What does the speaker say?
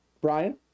Brian